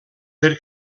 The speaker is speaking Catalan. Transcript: per